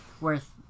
worth